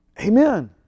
Amen